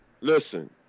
listen